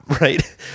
Right